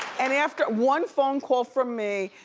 and after one phone call from me,